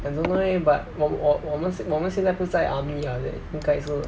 I don't know eh but 我我们现我们现在不在 army ah then 应该是